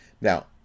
Now